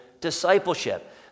discipleship